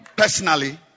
Personally